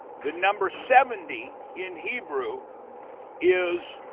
the number seventy in hebrew is,